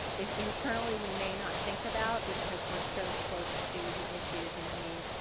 if internally, we may not think about because we're so close to the issues and we